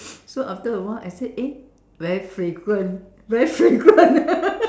so after awhile I say eh very fragrant very fragrant